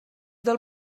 del